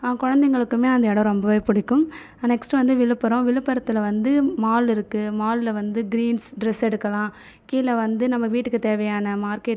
அவன் குழந்தைகளுக்குமே அந்த இடம் ரொம்பவே பிடிக்கும் நெக்ஸ்ட்டு வந்து விழுப்புரம் விழுப்புரத்தில் வந்து மால் இருக்குது மால்லில் வந்து க்ரீன்ஸ் ட்ரஸ் எடுக்கலாம் கீழே வந்து நம்ம வீட்டுக்கு தேவையான மார்க்கெட்